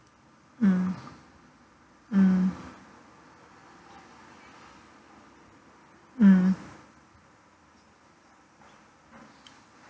mm mm mm